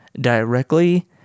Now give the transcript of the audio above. directly